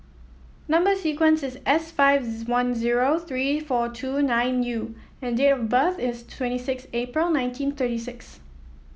number sequence is S five one zero three four two nine U and date of birth is twenty six April nineteen thirty six